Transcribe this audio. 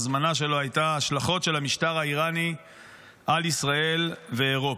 ההזמנה שלו הייתה: השלכות של המשטר האיראני על ישראל ואירופה.